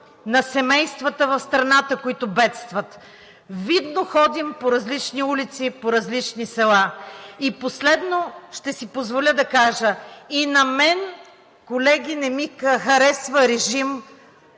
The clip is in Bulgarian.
на семействата в страната, които бедстват. Видно е, че ходим по различни улици и по различни села. И последно, ще си позволя да кажа: и на мен, колеги, не ми харесва режим,